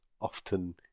often